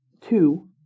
Two